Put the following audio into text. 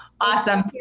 Awesome